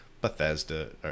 Bethesda